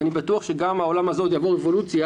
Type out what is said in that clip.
אני בטוח שגם העולם הזה עוד יעבור אבולוציה